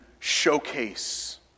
showcase